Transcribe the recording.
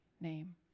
name